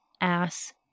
ass